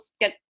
get